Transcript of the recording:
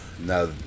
Now